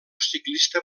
ciclista